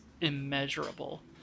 immeasurable